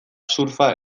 surfa